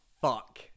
fuck